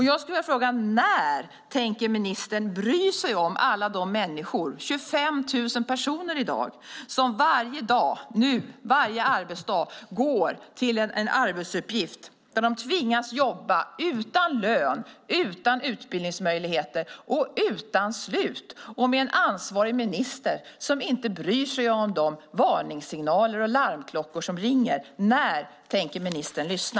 Jag skulle vilja fråga: När tänker ministern bry sig om alla de människor, i dag 25 000 personer, som varje arbetsdag går till en arbetsuppgift där de tvingas jobba utan lön, utan utbildningsmöjligheter och utan slut - och med en ansvarig minister som inte bryr sig om de varningssignaler och larmklockor som ringer? När tänker ministern lyssna?